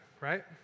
right